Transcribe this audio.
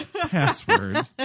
password